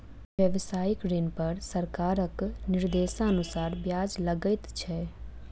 व्यवसायिक ऋण पर सरकारक निर्देशानुसार ब्याज लगैत छै